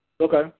Okay